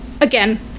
again